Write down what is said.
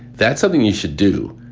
that's something you should do.